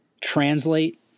translate